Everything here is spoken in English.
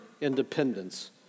independence